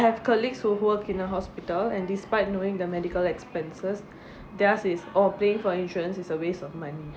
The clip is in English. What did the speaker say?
I have colleagues who work in a hospital and despite knowing the medical expenses theirs is oh paying for insurance is a waste of money